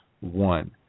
one